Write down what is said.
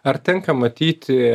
ar tenka matyti